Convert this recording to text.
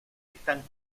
están